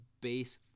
base